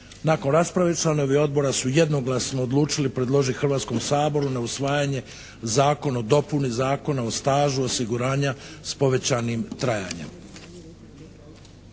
Nakon rasprave članovi odbora su jednoglasno odlučili predložiti Hrvatskom saboru na usvajanje Zakon o dopuni zakona o stažu osiguranja s povećanim trajanjem.